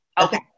Okay